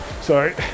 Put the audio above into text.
Sorry